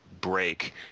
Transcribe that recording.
break